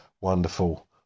wonderful